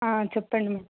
చెప్పండి మేడమ్